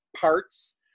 parts